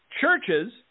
churches